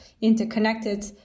interconnected